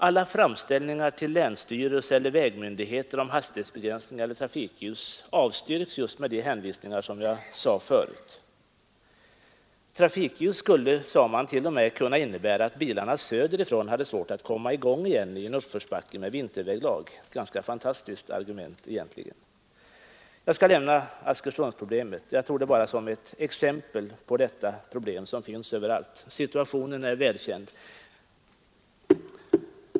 Alla framställningar till länstyrelser eller vägmyndigheter om hastighetsbegränsningar eller trafikljus avstyrks just med de hänvisningar som jag nämnde förut. Trafikljus skulle t.o.m., sade man, kunna innebära att bilarna söder ifrån hade svårt att komma i gång igen i uppförsbacke med vinterväglag — egentligen ett ganska fantastiskt argument! Därmed skall jag lämna Askersundsproblemet. Jag tog det bara som ett exempel på vilka problem som finns överallt. Situationen är välkänd.